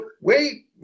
Wait